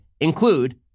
include